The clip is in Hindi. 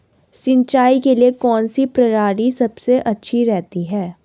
सिंचाई के लिए कौनसी प्रणाली सबसे अच्छी रहती है?